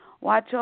Watch